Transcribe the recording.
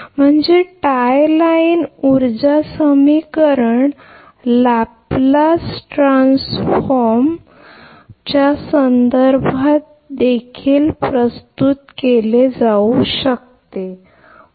म्हणजे tie line ऊर्जा समीकरण लापलेस ट्रान्सफॉर्म राईटच्या संदर्भात देखील प्रस्तुत केले जाऊ शकते बरोबर